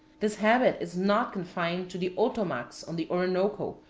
this habit is not confined to the otomacs on the oronoco,